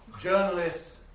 journalists